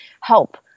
help